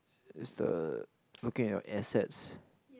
it's the looking at your assets